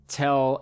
tell